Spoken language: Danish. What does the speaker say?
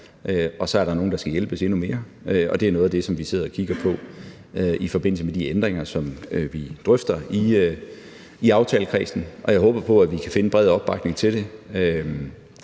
og så er der nogle, der skal hjælpes endnu mere, og det er noget af det, som vi sidder og kigger på i forbindelse med de ændringer, som vi drøfter i aftalekredsen, og jeg håber på, at vi kan finde en bred opbakning til det.